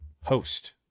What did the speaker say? host